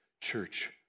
church